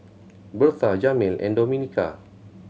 Bertha Jamil and Domenica